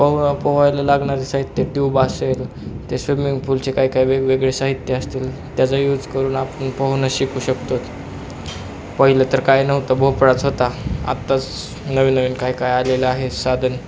पोव पोहायला लागणारे साहित्य ट्यूब असेल ते स्विमिंग पूलचे काय काय वेगवेगळे साहित्य असतील त्याचा यूज करून आपण पोहणं शिकू शकतोच पहिलं तर काय नव्हतं भोपळाच होता आत्ताच नवीन नवीन काय काय आलेलं आहे साधन